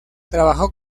trabajó